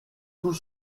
tout